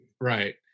right